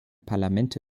parlamente